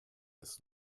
ist